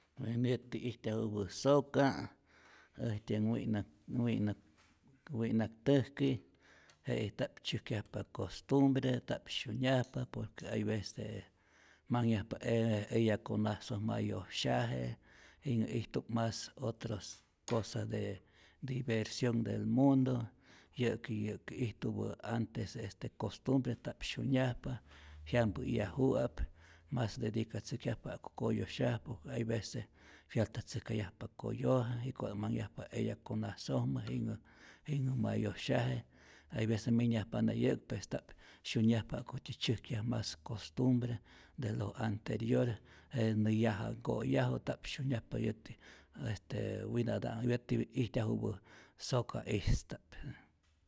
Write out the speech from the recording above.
Bueno yäti ijtyajupä soka' äjtyä wi'nak wi'nak wi'naktäjki, jetij nta'p tzyäjkyajpa costumbre, nta'p syunyajpa por que hay vece manhyajpa e eya konasoj ma yosyaje, jinhä ijtup mas otros cosa de diversion del mundo, yä'ki yä'ki lo que ijtupä antes este costumbre nta'p syunyajpa, jyampä'yaju'ap, mas dedicatzäjkyajpa ja'ku koyosyaju, hay vece fialtatzäjkayajpa koyoja jikota' manhyajpa eya konasojmä jinhä jinhä ma yosyaje, hay vece minyajpana yäk pes nta'p syunyajpa ja'kutyi tzyäjkyaj mas costumbre de lo anteriores, jete nä yaja ko'yaju nta'p syunyajpa yäti este winata' yätipi'k ijtyajupä soka'ista'p.